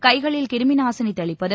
கைகளில் கிருமிநாசினி தெளிப்பது